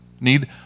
need